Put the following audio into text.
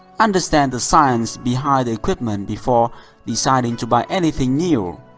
understand the science behind the equipment before deciding to buy anything new.